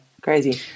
Crazy